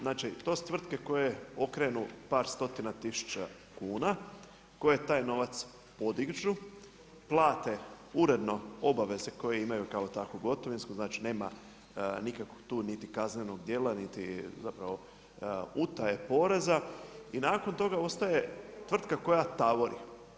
Znači to su tvrtke koje okrenu par stotine tisuća kuna, koje taj novac podižu, plate uredno obaveze koje imaju kao tako gotovinsko, znači nema nikakvog tu niti kaznenog dijela, niti utaje poreza i nakon toga ostaje tvrtka koja tavori.